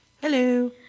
Hello